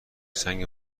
سنگ